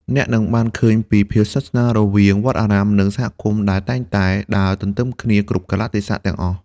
អ្នកនឹងបានឃើញពីភាពស្និទ្ធស្នាលរវាងវត្តអារាម និងសហគមន៍ ដែលតែងតែដើរទន្ទឹមគ្នាគ្រប់កាលៈទេសៈទាំងអស់។